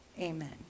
Amen